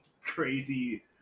crazy